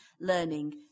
learning